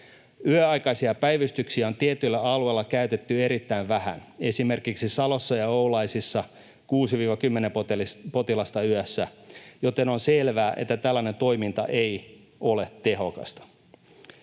Yöaikaisia päivystyksiä on tietyillä alueilla käytetty erittäin vähän, esimerkiksi Salossa ja Oulaisissa 6—10 potilasta yössä, joten on selvää, että tällainen toiminta ei ole tehokasta.